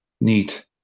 neat